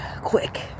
quick